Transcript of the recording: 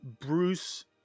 Bruce